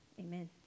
amen